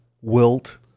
wilt